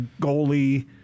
goalie